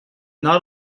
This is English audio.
not